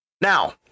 Now